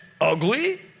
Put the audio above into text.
ugly